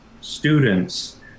students